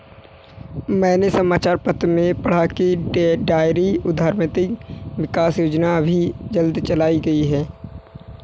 मैंने समाचार पत्र में पढ़ा की डेयरी उधमिता विकास योजना अभी जल्दी चलाई गई है